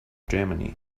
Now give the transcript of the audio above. germany